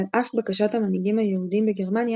על אף בקשת המנהיגים היהודים בגרמניה,